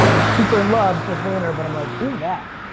i'm super in love with vayner but i'm like, who's that?